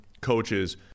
coaches